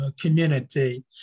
Community